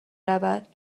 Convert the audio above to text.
رود